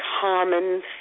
common